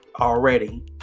already